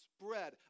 spread